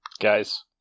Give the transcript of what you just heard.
Guys